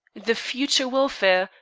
the future welfare,